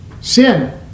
sin